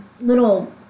little